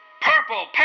Purple